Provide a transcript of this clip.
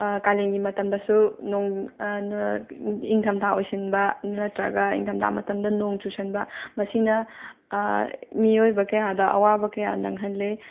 ꯀꯥꯂꯦꯟꯒꯤ ꯃꯇꯝꯗꯁꯨ ꯅꯣꯡ ꯏꯪꯊꯝꯊꯥ ꯑꯣꯏꯁꯤꯟꯕ ꯅꯠꯇ꯭ꯔꯒ ꯏꯪꯊꯝꯊꯥ ꯃꯇꯝꯗ ꯅꯣꯡ ꯆꯨꯁꯟꯕ ꯃꯁꯤꯅ ꯃꯤꯑꯣꯏꯕ ꯀꯌꯥꯗ ꯑꯋꯥꯕ ꯀꯌꯥ ꯅꯪꯍꯜꯂꯦ